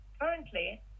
Currently